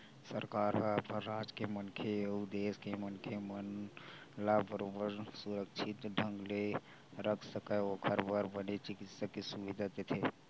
सरकार ह अपन राज के मनखे अउ देस के मनखे मन ला बरोबर सुरक्छित ढंग ले रख सकय ओखर बर बने चिकित्सा के सुबिधा देथे